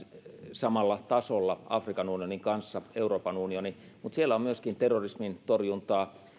samalla tasolla afrikan unionin kanssa mutta siellä on myöskin terrorismin torjuntaa